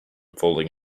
falling